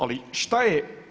Ali šta je.